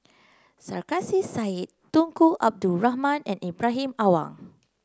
Sarkasi Said Tunku Abdul Rahman and Ibrahim Awang